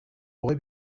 boy